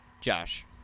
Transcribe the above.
Josh